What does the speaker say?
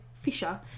Fisher